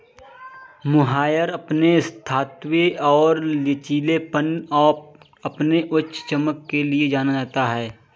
mohair अपने स्थायित्व और लचीलेपन और अपनी उच्च चमक के लिए जाना जाता है